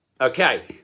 Okay